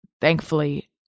thankfully